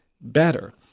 better